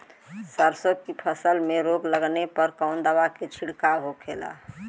सरसों की फसल में रोग लगने पर कौन दवा के छिड़काव होखेला?